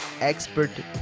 Expert